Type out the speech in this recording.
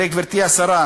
הרי, גברתי השרה,